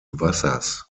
wassers